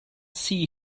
see